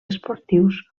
esportius